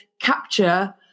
capture